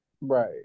Right